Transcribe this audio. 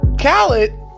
Khaled